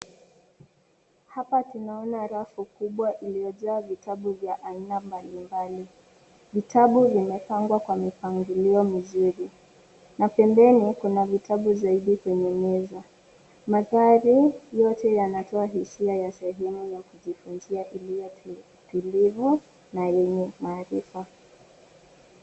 Hapa tunaona rafu kubwa iliyojaa vitabu vya aina mbalimbali. Vitabu vimepangwa kwa mpangilio mzuri, na pembeni, kuna vitabu zaidi kwenye meza. Mandhari yote yanatoa hisia ya sehemu ya kujifunzia iliyo tulivu na yenye maarifa.